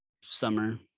summer